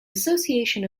association